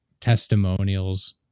testimonials